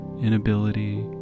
inability